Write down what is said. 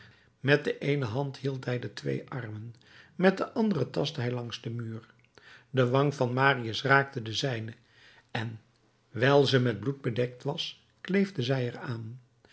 met de eene hand hield hij de twee armen met de andere tastte hij langs den muur de wang van marius raakte de zijne en wijl ze met bloed bedekt was kleefde zij er aan